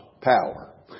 power